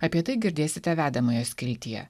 apie tai girdėsite vedamojo skiltyje